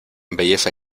belleza